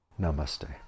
Namaste